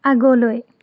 আগলৈ